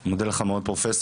אני מודה לך מאוד פרופסור.